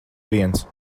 viens